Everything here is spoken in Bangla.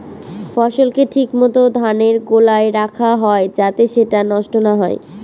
ফসলকে ঠিক মত ধানের গোলায় রাখা হয় যাতে সেটা নষ্ট না হয়